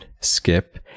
skip